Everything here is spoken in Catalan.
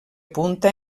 punta